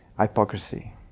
hypocrisy